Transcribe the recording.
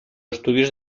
estudios